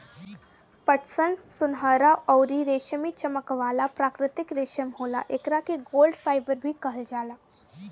पटसन सुनहरा अउरी रेशमी चमक वाला प्राकृतिक रेशा होला, एकरा के गोल्डन फाइबर भी कहल जाला